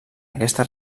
aquesta